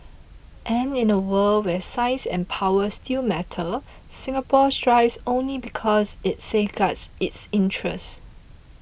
and in a world where size and power still matter Singapore thrives only because it safeguards its interests